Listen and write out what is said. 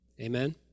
Amen